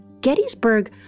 Gettysburg